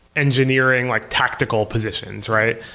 engineering like tactical positions, right?